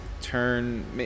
turn